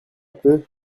peu